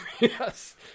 Yes